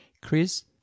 Chris